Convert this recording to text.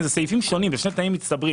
אלה סעיפים שונים, אלה שני תנאים מצטברים.